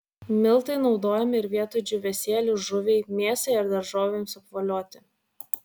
miltai naudojami ir vietoj džiūvėsėlių žuviai mėsai ar daržovėms apvolioti